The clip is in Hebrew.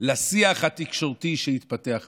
לשיח התקשורתי שהתפתח מאז.